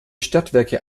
stadtwerke